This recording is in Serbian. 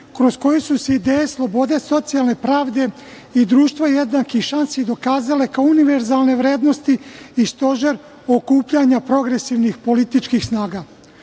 kroz koju su se ideje slobode, socijalne pravde i društva jednakih šansi dokazale kao univerzalne vrednosti i stožer okupljanja progresivnih političkih snaga.U